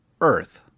Earth